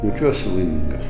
jaučiuosi laimingas